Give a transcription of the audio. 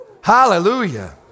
hallelujah